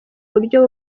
buryo